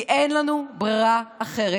כי אין לנו ברירה אחרת,